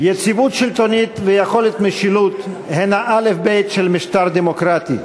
יציבות שלטונית ויכולת משילות הן האלף-בית של משטר דמוקרטי.